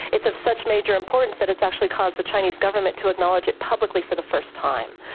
it's of such major importance that it's actually caused the chinese government to acknowledge it publicly for the first time,